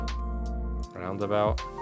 Roundabout